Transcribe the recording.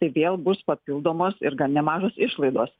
tai vėl bus papildomos ir gan nemažos išlaidos